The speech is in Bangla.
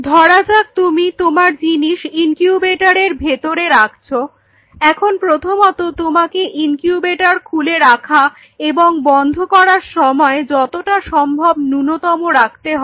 ধরা যাক তুমি তোমার জিনিস ইনকিউবেটরের ভেতরে রাখছো এখন প্রথমত তোমাকে ইনকিউবেটর খুলে রাখা এবং বন্ধ করার সময় যতোটা সম্ভব ন্যূনতম রাখতে হবে